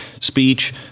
Speech